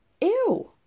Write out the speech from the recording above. Ew